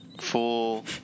full